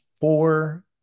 four